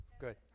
good